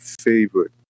favorite